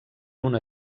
una